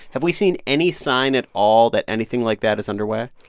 have we seen any sign at all that anything like that is underway?